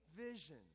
vision